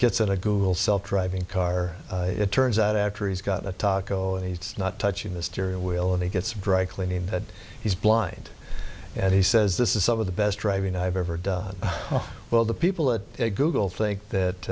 gets into google driving a car it turns out after he's got a taco and he's not touching the steering wheel and he gets dry cleaning but he's blind and he says this is some of the best driving i've ever done well the people that google think that